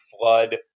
flood